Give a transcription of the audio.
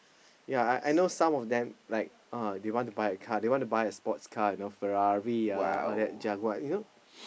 ya I I know some of them like oh they want to buy a car they want to buy a sports car you know Ferrari ah all that Jaguar you know